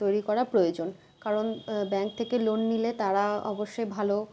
তৈরি করা প্রয়োজন কারণ ব্যাঙ্ক থেকে লোন নিলে তারা অবশ্যই ভালো